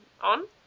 on